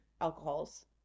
alcohols